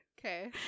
Okay